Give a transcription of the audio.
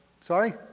Sorry